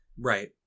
Right